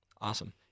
Awesome